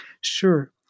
Sure